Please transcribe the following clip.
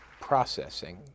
processing